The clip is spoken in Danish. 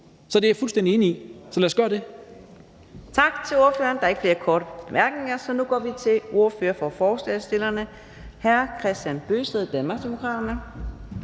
Så det er jeg fuldstændig enig i, så lad os gøre det.